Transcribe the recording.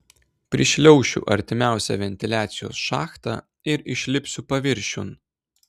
prišliaušiu artimiausią ventiliacijos šachtą ir išlipsiu paviršiun